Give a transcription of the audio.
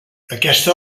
aquesta